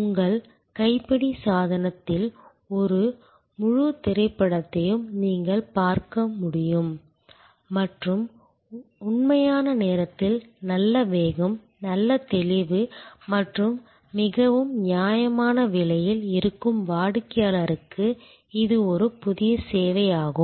உங்கள் கைப்பிடி சாதனத்தில் ஒரு முழு திரைப்படத்தையும் நீங்கள் பார்க்க முடியும் மற்றும் உண்மையான நேரத்தில் நல்ல வேகம் நல்ல தெளிவு மற்றும் மிகவும் நியாயமான விலையில் இருக்கும் வாடிக்கையாளருக்கு இது ஒரு புதிய சேவையாகும்